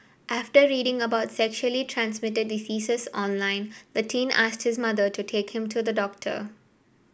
after reading about sexually transmitted diseases online the teen asked his mother to take him to the doctor